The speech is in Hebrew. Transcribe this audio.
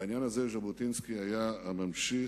בעניין הזה ז'בוטינסקי היה הממשיך,